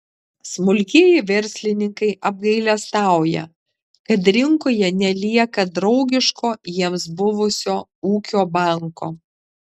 smulkieji verslininkai apgailestauja kad rinkoje nelieka draugiško jiems buvusio ūkio banko